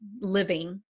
living